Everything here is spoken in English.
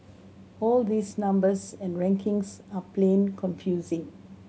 all these numbers and rankings are plain confusing